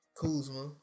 Kuzma